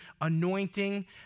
anointing